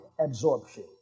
absorption